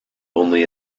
only